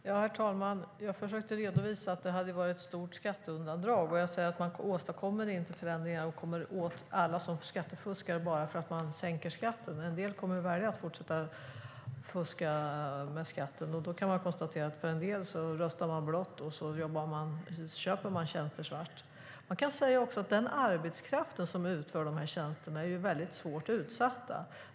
Herr talman! Jag försökte redovisa att det hade varit ett stort skatteundandragande. Och jag säger: Man åstadkommer inte förändringar och kommer inte åt alla som skattefuskar bara för att man sänker skatten. En del kommer att välja att fortsätta att fuska med skatten. Då kan man konstatera att en del röstar blått och köper tjänster svart. Den arbetskraft som utför de här tjänsterna är väldigt utsatt.